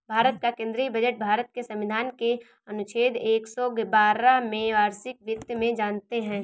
भारत का केंद्रीय बजट भारत के संविधान के अनुच्छेद एक सौ बारह में वार्षिक वित्त में जानते है